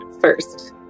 first